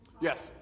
Yes